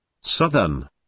southern